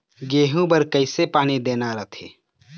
गेहूं बर कइसे पानी देना रथे?